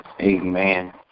Amen